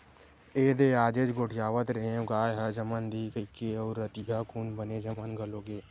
एदे आजेच गोठियावत रेहेंव गाय ह जमन दिही कहिकी अउ रतिहा कुन बने जमन घलो गे